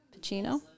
Pacino